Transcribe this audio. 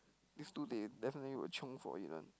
this two they definitely will chiong for it one